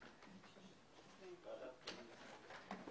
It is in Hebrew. רבה.